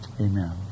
Amen